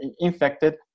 infected